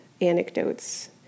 anecdotes